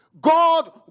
God